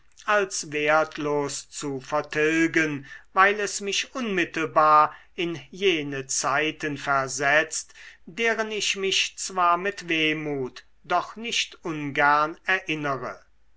als wertlos zu vertilgen weil es mich unmittelbar in jene zeiten versetzt deren ich mich zwar mit wehmut doch nicht ungern erinnere